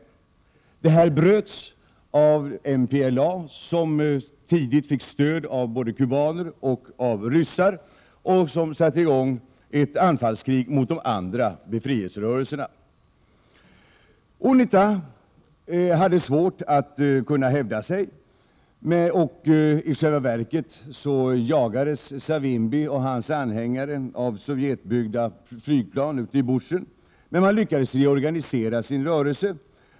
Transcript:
Denna överenskommelse bröts av MPLA som tidigt fick stöd av både kubaner och ryssar och satte i gång ett anfallskrig mot de andra befrielserörelserna. UNITA hade svårt att hävda sig och i själva verket jagades Savimbi och hans anhängare av sovjetbyggda flygplan ute i bushen, men han lyckades reorganisera sin rörelse.